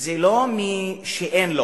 זה לא מי שאין לו